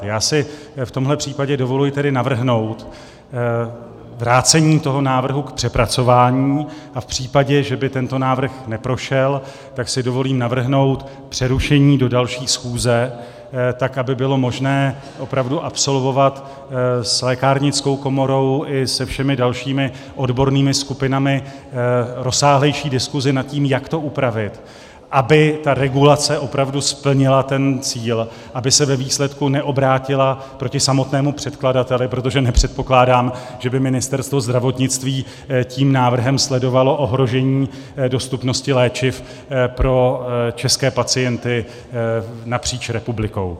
Já si v tomhle případě dovoluji tedy navrhnout vrácení toho návrhu k přepracování a v případě, že by tento návrh neprošel, tak si dovolím navrhnout přerušení do další schůze, tak aby bylo možné opravdu absolvovat s lékárnickou komorou i se všemi dalšími odbornými skupinami rozsáhlejší diskusi nad tím, jak to upravit, aby ta regulace opravdu splnila ten cíl, aby se ve výsledku neobrátila proti samotnému předkladateli, protože nepředpokládám, že by Ministerstvo zdravotnictví tím návrhem sledovalo ohrožení dostupnosti léčiv pro české pacienty napříč republikou.